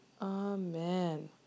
amen